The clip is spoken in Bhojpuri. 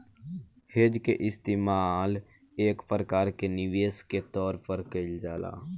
हेज के इस्तेमाल एक प्रकार के निवेश के तौर पर कईल जाला